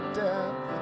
death